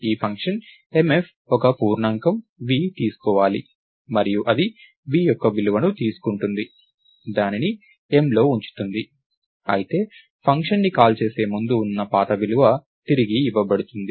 ఈ function mf ఒక పూర్ణాంకం v తీసుకోవాలి మరియు అది v యొక్క విలువను తీసుకుంటుంది దానిని m లో ఉంచుతుంది అయితే ఫంక్షన్ ని కాల్ చేసే ముందు ఉన్న పాత విలువ తిరిగి ఇవ్వబడుతుంది